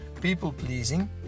people-pleasing